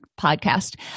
podcast